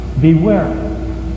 Beware